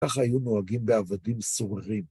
כך היו נוהגים בעבדים סוררים.